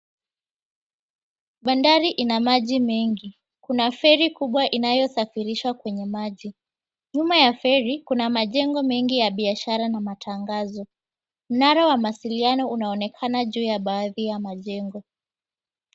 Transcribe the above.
Bandari ina maji mengi. Kuna feri kubwa inayosafirishwa kwenye maji. Nyuma ya feri kuna majengo mengi ya biashara na matangazo. Mnara wa mawasiliano unaonekana juu ya baadhi ya majengo.